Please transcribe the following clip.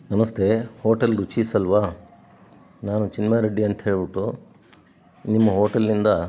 ನಮಸ್ತೆ ಹೋಟೆಲ್ ರುಚಿಸ್ ಅಲ್ವ ನಾನು ಚಿನ್ನಾರೆಡ್ಡಿ ಅಂತ ಹೇಳಿಬಿಟ್ಟು ನಿಮ್ಮ ಹೋಟೆಲ್ಯಿಂದ